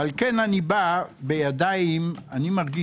לכן אני מרגיש שבא בידיים נקיות